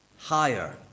higher